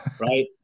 right